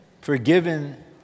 Forgiven